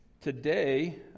today